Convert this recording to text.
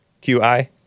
Q-I